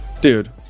Dude